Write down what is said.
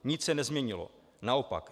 Nic se nezměnilo, naopak.